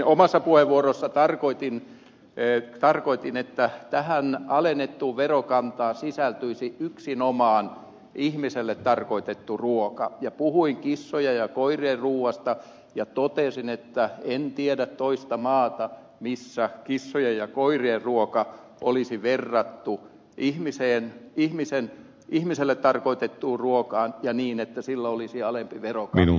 omassa puheenvuorossani tarkoitin että tähän alennettuun verokantaan sisältyisi yksinomaan ihmiselle tarkoitettu ruoka ja puhuin kissojen ja koirien ruuasta ja totesin että en tiedä toista maata missä kissojen ja koirien ruokaa olisi verrattu ihmiselle tarkoitettuun ruokaan ja niin että sillä olisi alempi verokanta